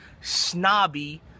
snobby